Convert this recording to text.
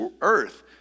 earth